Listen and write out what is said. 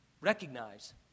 Recognize